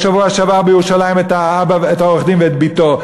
בשבוע שעבר בירושלים את העורך-דין ואת בתו,